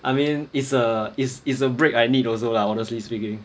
I mean it's a it's it's a break I need also lah honestly speaking